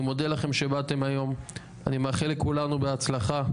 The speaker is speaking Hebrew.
אני מודה לכם שבאתם היום, אני מאחל לכולנו בהצלחה.